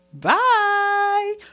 Bye